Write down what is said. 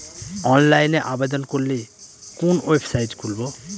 অনলাইনে আবেদন করলে কোন ওয়েবসাইট খুলব?